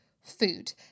food